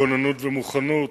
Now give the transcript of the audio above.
כוננות ומוכנות,